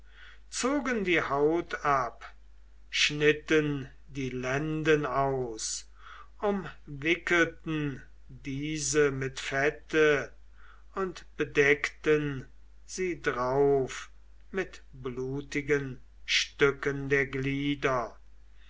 zogen die haut ab schnitten die lenden aus umwickelten diese mit fette und bedeckten sie drauf mit blutigen stücken der glieder